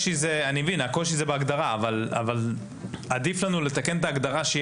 אני מבין שהקושי הוא בהגדרה אבל עדיף לנו לתקן את ההגדרה שיהיה